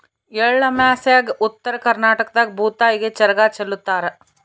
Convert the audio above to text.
ಎಳ್ಳಮಾಸ್ಯಾಗ ಉತ್ತರ ಕರ್ನಾಟಕದಾಗ ಭೂತಾಯಿಗೆ ಚರಗ ಚೆಲ್ಲುತಾರ